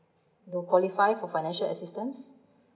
to qualify for financial assistance